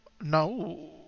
No